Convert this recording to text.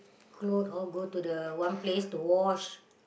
clothe all go to the one place to wash